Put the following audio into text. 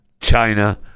China